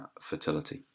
fertility